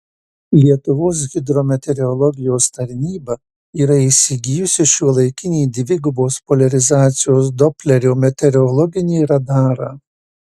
lietuvos hidrometeorologijos tarnyba yra įsigijusi šiuolaikinį dvigubos poliarizacijos doplerio meteorologinį radarą